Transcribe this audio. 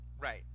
Right